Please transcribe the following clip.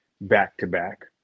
back-to-back